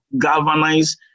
galvanize